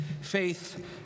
faith